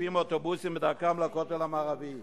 מתקיפים אוטובוס בדרכו לכותל המערבי,